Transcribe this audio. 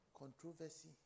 Controversy